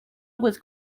was